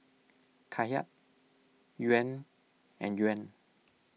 Kyat Yuan and Yuan